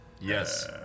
Yes